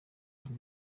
rwe